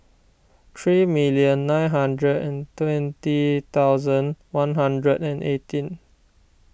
three million nine hundred and twenty thousand one hundred and eighteen